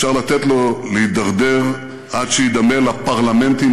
אפשר לתת לו להידרדר עד שיידמה לפרלמנטים